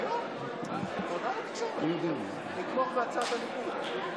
בעד הצעתו של חבר הכנסת מאיר כהן, 60, נגד,